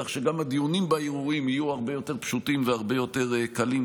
כך שגם הדיונים בערעורים יהיו הרבה יותר פשוטים והרבה יותר קלים,